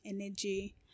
energy